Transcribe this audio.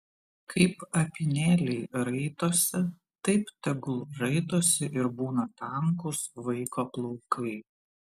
kaip apynėliai raitosi taip tegul raitosi ir būna tankūs vaiko plaukai